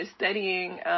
studying